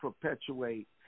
perpetuate